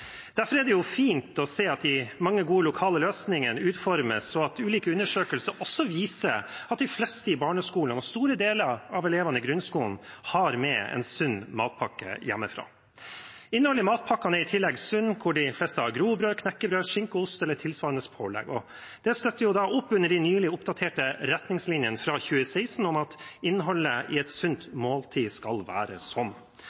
Derfor er det fint å se de mange gode, lokale løsningene som utformes, og også at ulike undersøkelser viser at de fleste i barneskolen og store deler av elevene i grunnskolen har med seg en sunn matpakke hjemmefra. Innholdet i matpakkene er sunt – de fleste har grovbrød, knekkebrød, skinke og ost eller tilsvarende pålegg – og det støtter opp under de nylig oppdaterte retningslinjene fra 2016 om at innholdet i et sunt